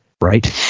right